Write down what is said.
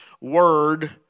word